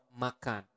makan